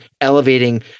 elevating